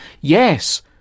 Yes